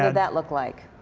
ah that look like?